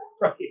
Right